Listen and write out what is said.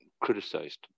criticized